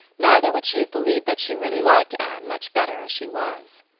neither would she have believed that she really liked anne much better as she was.